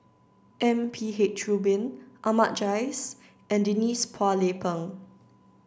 M P H Rubin Ahmad Jais and Denise Phua Lay Peng